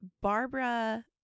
Barbara